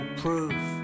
proof